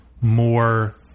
more